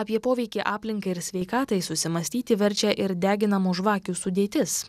apie poveikį aplinkai ir sveikatai susimąstyti verčia ir deginamų žvakių sudėtis